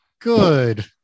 good